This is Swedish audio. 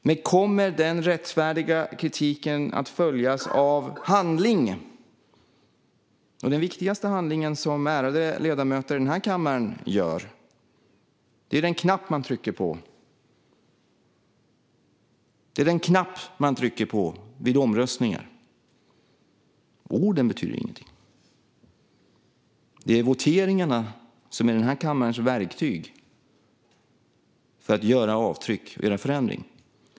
Men kommer den rättfärdiga kritiken att följas av handling? Den viktigaste handlingen för de ärade ledamöterna i denna kammare gäller vilken knapp man trycker på vid omröstningar. Orden betyder ingenting. Det är voteringarna som är denna kammares verktyg för att göra avtryck och åstadkomma förändring.